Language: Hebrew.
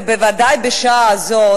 ובוודאי בשעה הזאת,